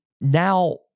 Now